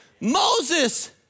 Moses